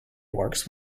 works